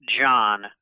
John